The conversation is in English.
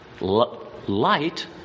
Light